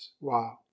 Wow